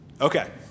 Okay